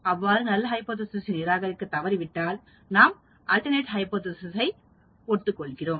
அவ்வாறு null hypothesis நிராகரிக்கத் தவறிவிட்டோம் என்றால் நாம் ஆல்டர்நெட் ஹைபோதேசிஸ் சை ஏற்றுக்கொள்கிறோம் என்று அர்த்தம்